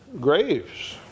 graves